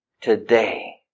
today